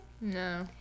No